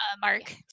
Mark